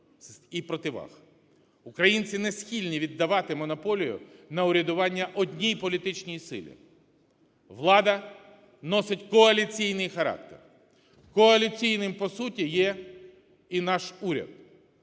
Українці не схильні віддавати монополю на урядування одній політичній силі. Влада носить коаліційний характер. Коаліційним по суті є і наш уряд.